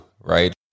right